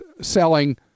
selling